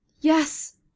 Yes